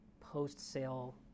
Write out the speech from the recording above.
post-sale